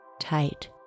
Tight